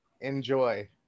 Enjoy